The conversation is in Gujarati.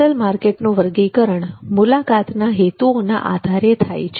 હોટલ માર્કેટનું વર્ગીકરણ મુલાકાતના હેતુઓના આધારે થાય છે